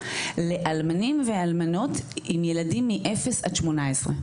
לאלמנים ואלמנות עם ילדים יתומים מאפס עד 18,